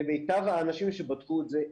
למיטב האנשים שבדקו את זה,